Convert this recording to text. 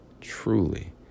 truly